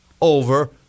over